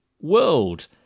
world